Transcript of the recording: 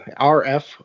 RF